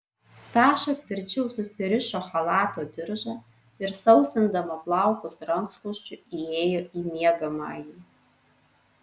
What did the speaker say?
saša tvirčiau susirišo chalato diržą ir sausindama plaukus rankšluosčiu įėjo į miegamąjį